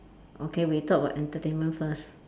okay we talk about entertainment first